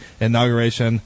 inauguration